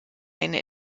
eine